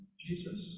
Jesus